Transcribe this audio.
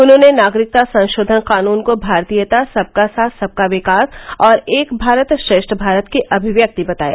उन्होंने नागरिकता संशोधन कानून को भारतीयता सबका साथ सबका विकास और एक भारत श्रेष्ठ भारत की अभिव्यक्ति बताया